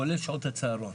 כולל שעות הצהרון,